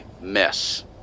mess